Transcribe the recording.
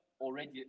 already